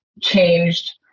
changed